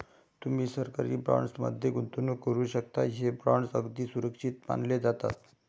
तुम्ही सरकारी बॉण्ड्स मध्ये गुंतवणूक करू शकता, हे बॉण्ड्स अगदी सुरक्षित मानले जातात